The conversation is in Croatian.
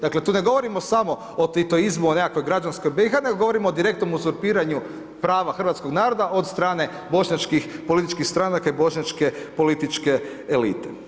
Dakle tu ne govorimo samo o Titoizmu, o nekakvoj građanskoj BIH, nego govorimo o direktnom uzurpiranju prava hrvatskog naroda, od strane bošnjačkih političkih stranaka i bošnjačke političke elite.